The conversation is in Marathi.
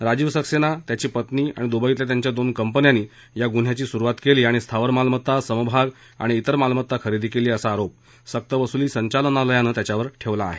राजीव सक्सेना त्याची पत्नी आणि दुबईतल्या त्यांच्या दोन कंपन्यांनी या गुन्ह्याची सुरुवात केली आणि स्थावर मालमत्ता समभाग आणि तेर मालमत्ता खरेदी केली असा आरोप सक्तवसुली संचालनालयानं त्याच्यावर ठेवला आहे